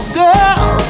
girl